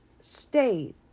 state